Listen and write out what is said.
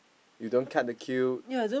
you don't cut the queue